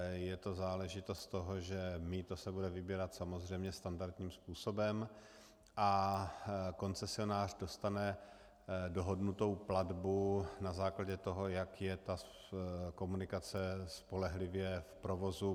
Je to záležitost toho, že mýto se bude vybírat samozřejmě standardním způsobem a koncesionář dostane dohodnutou platbu na základě toho, jak je ta komunikace spolehlivě v provozu.